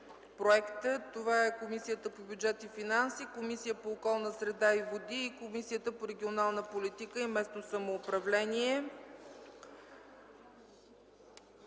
от Комисията по бюджет и финанси, Комисията по околната среда и водите и Комисията по регионална политика и местно самоуправление.